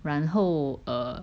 然后 err